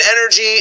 energy